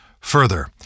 Further